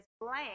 blank